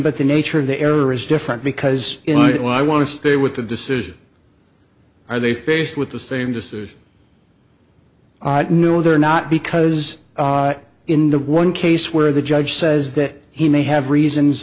but the nature of the error is different because what i want to stay with the decision are they faced with the same decision no there not because in the one case where the judge says that he may have reasons